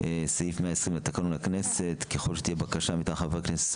סעיף 120 לתקנון הכנסת ככל שתהיה בקשה מטעם חבר כנסת,